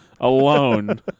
alone